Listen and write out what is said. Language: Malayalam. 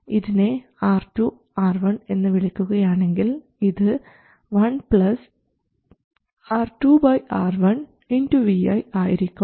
ഇതിനെ R2 R1 എന്ന് വിളിക്കുകയാണെങ്കിൽ ഇത് 1 R2 R1 Vi ആയിരിക്കും